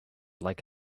like